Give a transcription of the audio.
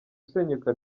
isenyuka